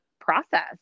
process